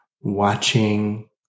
watching